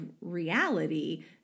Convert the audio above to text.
reality